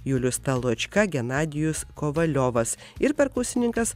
julius taločka genadijus kovaliovas ir perkusininkas